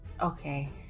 Okay